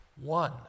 One